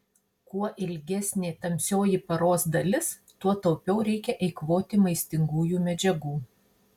kuo ilgesnė tamsioji paros dalis tuo taupiau reikia eikvoti maistingųjų medžiagų